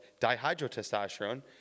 dihydrotestosterone